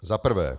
Za prvé.